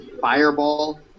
Fireball